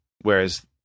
whereas